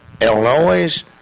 Illinois